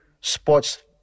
sports